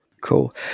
cool